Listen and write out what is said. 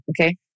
Okay